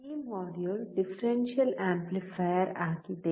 ಈ module differential amplifier ಆಗಿದೆ